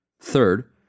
Third